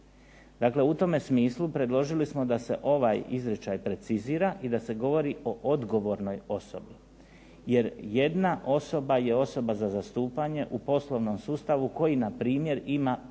Dakle, u tome smislu predložili smo da se ovaj izričaj precizira i da se govori o odgovornoj osobi. Jer jedna osoba je osoba za zastupanje u poslovnom sustavu koji npr. ima 15